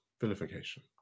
vilification